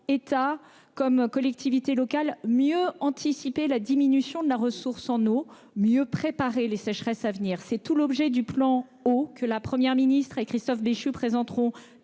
État comme collectivités locales, mieux anticiper la diminution de la ressource en eau, mieux préparer les sécheresses à venir. C'est tout l'objet du plan Eau que la Première ministre et Christophe Béchu présenteront